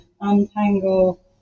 untangle